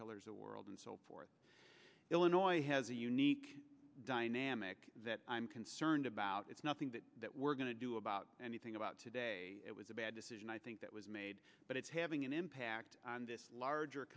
caterpillars the world and so forth illinois has a unique dynamic that i'm concerned about it's nothing that that we're going to do about anything about today it was a bad decision i think that was made but it's having an impact on this larger